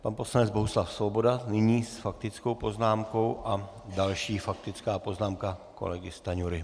Pan poslanec Bohuslav Svoboda nyní s faktickou poznámkou a další faktická poznámka kolegy Stanjury.